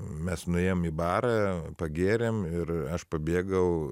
mes nuėjome į barą pagėrėm ir aš pabėgau